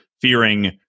fearing